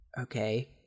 okay